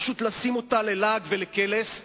פשוט לשים אותה ללעג ולקלס.